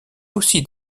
aussi